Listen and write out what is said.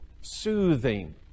soothing